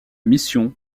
mission